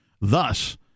Thus